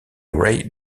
rays